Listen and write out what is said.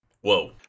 Whoa